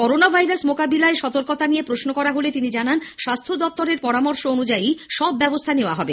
corona virus মোকাবিলায় সতর্কতা নিয়ে প্রশ্ন করা হলে তিনি জানান স্বাস্থ্য দপ্তরের পরামর্শ অনুযায়ী সব ব্যবস্থা নেওয়া হবে